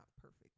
perfect